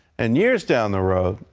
and years down the road,